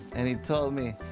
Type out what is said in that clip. and he told me,